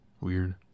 Weird